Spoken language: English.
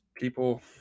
people